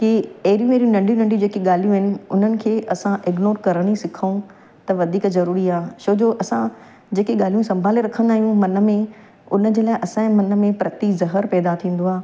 की अहिड़ियूं अहिड़ियूं नंढियूं नंढियूं जेके ॻाल्हियूं आहिनि उन्हनि खे असां इग्नोर करण ई सिखूं त वधीक ज़रूरी आहे छोजो असां जेके ॻाल्हियूं संभाले रखंदा आहियूं मन में उन जे लाइ असांजे मन में प्रति ज़हर पैदा थींदो आहे